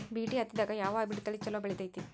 BT ಹತ್ತಿದಾಗ ಯಾವ hybrid ತಳಿ ಛಲೋ ಬೆಳಿತೈತಿ?